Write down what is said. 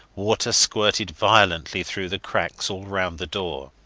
water squirted violently through the cracks all round the door,